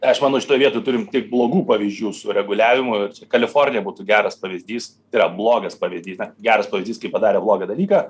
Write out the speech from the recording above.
aš manau šitoj vietoj turim tik blogų pavyzdžių su reguliavimu ir čia kalifornija būtų geras pavyzdys tai yra blogas pavyzdys na geras pavyzdys kaip padarė blogą dalyką